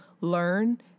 learn